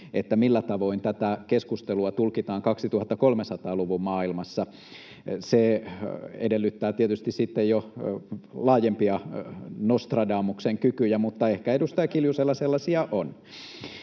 millä tavoin tätä keskustelua tulkitaan 2300-luvun maailmassa. Se edellyttää tietysti sitten jo laajempia Nostradamuksen kykyjä, mutta ehkä edustaja Kiljusella sellaisia on.